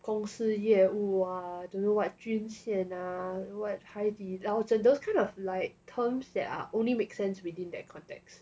公司业务 ah don't know what 军械 ah what 海底捞针 those kind of like terms that are only makes sense within that context